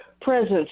presence